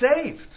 saved